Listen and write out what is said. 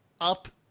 up